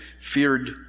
feared